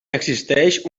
existeix